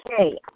Okay